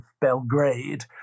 Belgrade